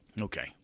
Okay